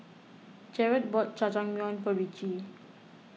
Jerad bought Jajangmyeon for Ricci